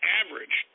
average